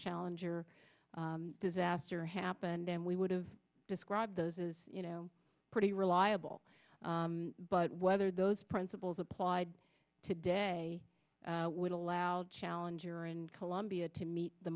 challenger disaster happened then we would have described those as you know pretty reliable but whether those principles applied today would allow challenger and columbia to meet the